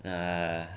err